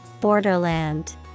Borderland